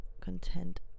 content